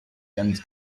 ganz